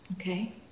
Okay